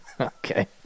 Okay